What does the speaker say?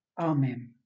Amen